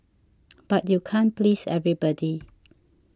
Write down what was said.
but you can't please everybody